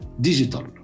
digital